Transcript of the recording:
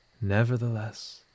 Nevertheless